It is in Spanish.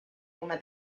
una